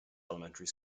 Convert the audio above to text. elementary